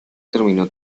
terminó